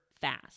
fast